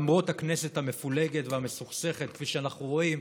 למרות הכנסת המפולגת והמסוכסכת כפי שאנחנו רואים,